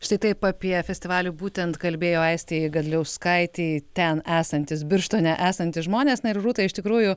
štai taip apie festivalį būtent kalbėjo aistei gadliauskaitei ten esantys birštone esantys žmonės na ir rūta iš tikrųjų